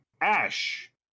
Ash